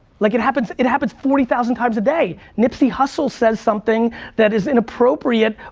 like it happens it happens forty thousand times a day. nipsy hustle says something that is inappropriate,